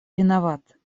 виноват